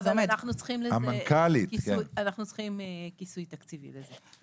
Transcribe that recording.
אבל אנחנו צריכים כיסוי תקציבי לזה.